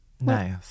Nice